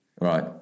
right